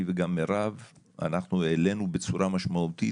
וגם מירב אנחנו העלינו בצורה משמעותית,